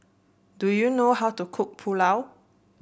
do you know how to cook Pulao